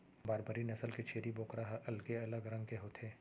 बारबरी नसल के छेरी बोकरा ह अलगे अलग रंग के होथे